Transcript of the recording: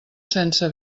sense